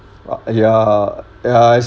ah ya ya